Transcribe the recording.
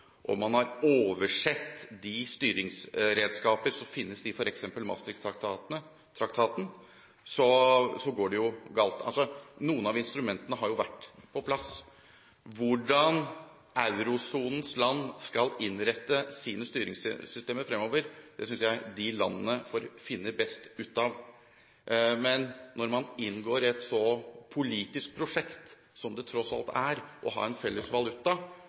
og man har oversett de styringsredskaper som finnes i f.eks. Maastricht-traktaten, går det jo galt. Noen av instrumentene har vært på plass. Hvordan eurosonens land skal innrette sine styringssystemer fremover, synes jeg de landene selv får finne ut av. Men når man inngår et så politisk prosjekt som det tross alt er å ha en felles valuta,